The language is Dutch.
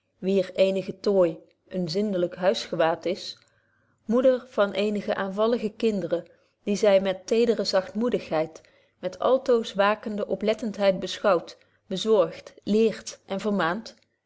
wier eenigen tooi een zindelyk huisgewaad is moeder van eenige aanvallige kinderen die zy met tedere zagtmoedigheid met altoos waakende oplettenheid beschouwt bezorgt leert en vermaant